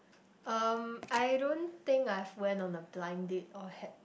um I don't think I've went on a blind date or had